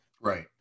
Right